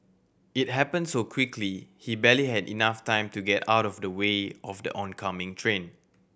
it happened so quickly he barely had enough time to get out of the way of the oncoming train